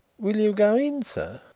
will you go in,